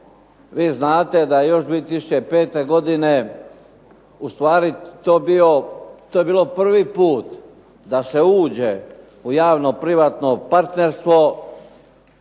Vi znate da još 2005. godine, ustvari to je bilo prvi puta da se uđe u javno-privatno partnerstvo.